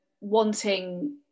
wanting